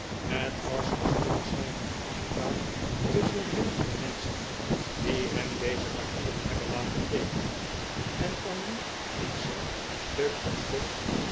het was een stilzwijgende afspraak tusschen hem en de menschen die hem deze papieren hebben laten teekenen en van wie ik ze stuk voor stuk